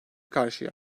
karşıya